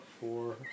four